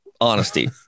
honesty